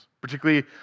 Particularly